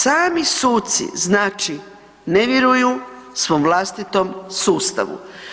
Sami suci znači ne vjeruju svom vlastitom sustavu.